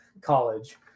college